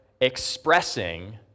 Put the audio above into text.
expressing